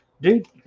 dude